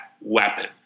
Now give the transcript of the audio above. weapon